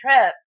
trip